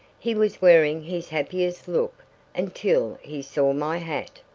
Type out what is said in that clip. he was wearing his happiest look until he saw my hat.